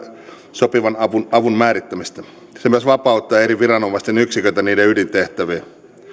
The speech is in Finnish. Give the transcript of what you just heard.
sopivan avun avun määrittämistä se myös vapauttaa eri viranomaisten yksiköitä niiden ydintehtäviin